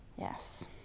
Yes